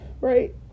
right